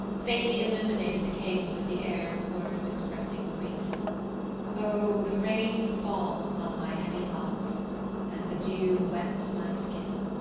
faintly illuminated the cadence of the air with words expressing grief o, the rain falls on my heavy locks and the dew wets my skin,